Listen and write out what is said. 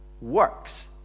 works